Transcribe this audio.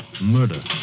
murder